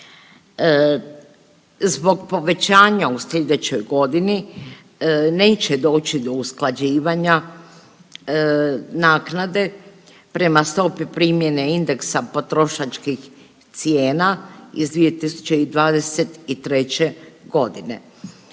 Zbog povećanja u slijedećoj godini neće doći do usklađivanja naknade prema stopi primjene indeksa potrošačkih cijena iz 2023.g..